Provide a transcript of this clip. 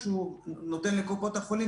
שהוא נותן לקופות החולים,